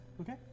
Okay